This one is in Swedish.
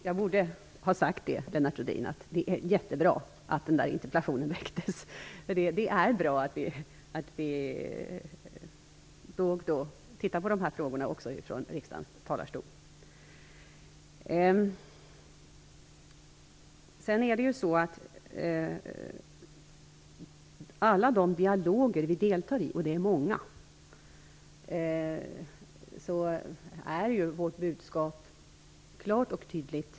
Herr talman! Jag borde ha sagt att det är jättebra att denna interpellation väcktes, Lennart Rohdin. Det är bra att vi då och då talar om de här frågorna också ifrån riksdagens talarstol. I alla de dialoger Sverige deltar i - och det är många - är vårt budskap klart och tydligt.